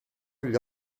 gli